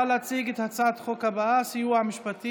את צריכה להציג את הצעת החוק הבאה, סיוע משפטי,